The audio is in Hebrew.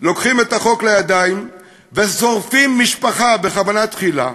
לוקחים את החוק לידיים ושורפים משפחה בכוונה תחילה",